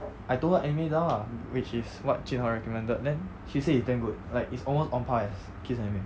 I told her anime dull ah which is what jun hao recommended then she said it's damn good like it's almost on par with kiss anime